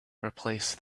replace